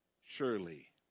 surely